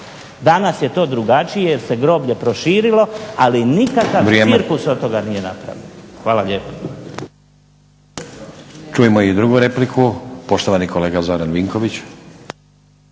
Danas je to drugačije jer se groblje proširilo, ali nikakav cirkus od toga nije napravljen. Hvala lijepa. **Stazić, Nenad (SDP)** Čujmo i drugu repliku. Poštovani kolega Zoran Vinković.